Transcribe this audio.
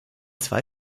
zwei